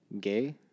Gay